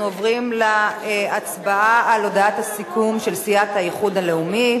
אנחנו עוברים להצבעה על הודעת הסיכום של סיעת האיחוד הלאומי,